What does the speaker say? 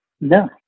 No